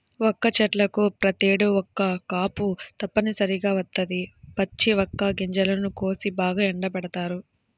వక్క చెట్లకు ప్రతేడు ఒక్క కాపు తప్పనిసరిగా వత్తది, పచ్చి వక్క గింజలను కోసి బాగా ఎండబెడతారు